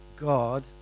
god